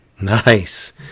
nice